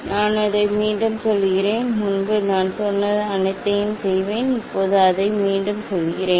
நான் அதை மீண்டும் சொல்கிறேன் முன்பு நான் சொன்ன அனைத்தையும் செய்வேன் இப்போது அதை மீண்டும் சொல்கிறேன்